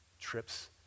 Trips